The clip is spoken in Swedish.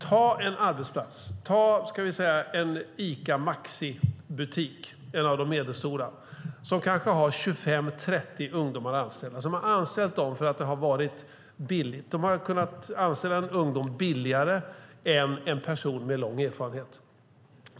Ta en arbetsplats, en Ica Maxi-butik, en av de medelstora, som kanske har 25-30 ungdomar anställda och som har anställt dem för att det har varit billigt. De har kunnat anställa en ung person billigare än en person med lång erfarenhet.